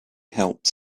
helped